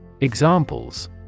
Examples